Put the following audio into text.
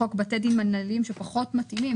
חוק בתי דין מינהליים שפחות מתאימים.